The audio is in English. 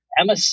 Emma